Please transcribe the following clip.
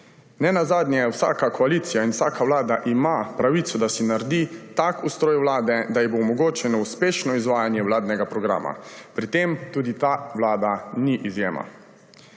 Nenazadnje vsaka koalicija in vsaka vlada ima pravico, da si naredi tak ustroj vlade, da ji bo omogočeno uspešno izvajanje vladnega programa. Pri tem tudi ta vlada ni izjema.